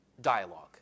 dialogue